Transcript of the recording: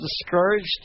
discouraged